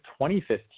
2015